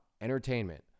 entertainment